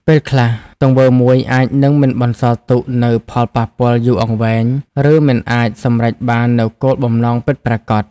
ពេលខ្លះ ទង្វើមួយអាចនឹងមិនបន្សល់ទុកនូវផលប៉ះពាល់យូរអង្វែង ឬមិនអាចសម្រេចបាននូវគោលបំណងពិតប្រាកដ។